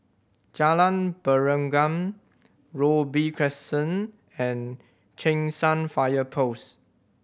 Jalan Pergam Robey Crescent and Cheng San Fire Post